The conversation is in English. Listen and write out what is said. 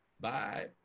bye